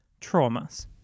traumas